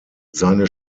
seine